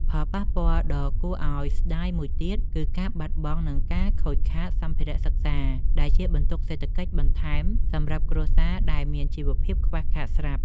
ផលប៉ះពាល់ដ៏គួរឱ្យស្ដាយមួយទៀត គឺការបាត់បង់ និងការខូចខាតសម្ភារៈសិក្សា ដែលជាបន្ទុកសេដ្ឋកិច្ចបន្ថែមសម្រាប់គ្រួសារដែលមានជីវភាពខ្វះខាតស្រាប់។